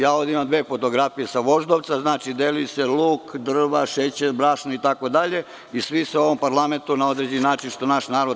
Ja ovde imam dve fotografije sa Voždovca, znači, deli se luk, drva, šećer, brašno itd, i svi se u ovom parlamentu prave ludi, što reče naš narod.